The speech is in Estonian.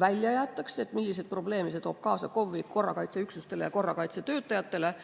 välja jäetakse. Milliseid probleeme see toob kaasa KOV-i korrakaitseüksustele ja korrakaitsetöötajatele?